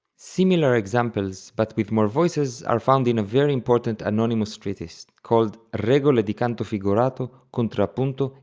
similar examples but with more voices are found in a very important anonymous treatise called regole di canto figurato, contrappunto,